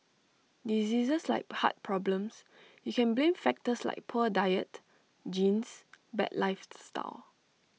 diseases like heart problems you can blame factors like poor diet genes bad lifestyle